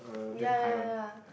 ya ya ya